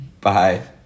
Bye